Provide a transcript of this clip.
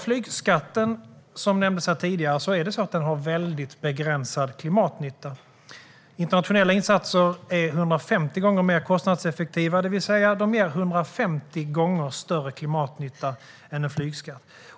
Flygskatten nämndes tidigare, och den har mycket begränsad klimatnytta. Internationella insatser är 150 gånger mer kostnadseffektiva, det vill säga de ger 150 gånger större klimatnytta än en flygskatt.